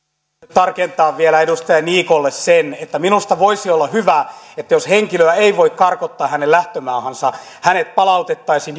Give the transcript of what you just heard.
tarkentaa edustaja niikolle että minusta voisi olla hyvä että jos henkilöä ei voi karkottaa lähtömaahansa hänet palautettaisiin